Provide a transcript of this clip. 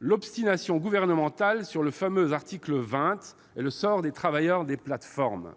l'obstination du Gouvernement sur le fameux article 20 et le sort des travailleurs des plateformes.